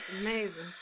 amazing